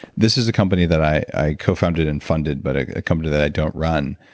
this is a company that i co-founded and funded but ah a company that i don't run,